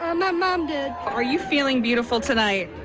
um my mom did. are you feeling beautiful tonight?